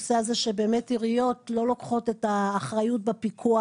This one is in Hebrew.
שבאמת עריות לא לוקחות את האחריות בפיקוח